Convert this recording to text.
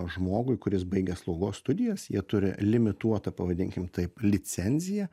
žmogui kuris baigė slaugos studijas jie turi limituotą pavadinkim taip licenciją